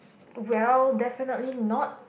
well definitely not